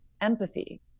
empathy